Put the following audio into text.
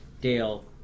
Dale